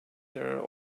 there